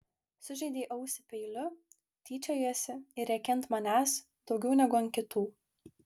sužeidei ausį peiliu tyčiojiesi ir rėki ant manęs daugiau negu ant kitų